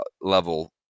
level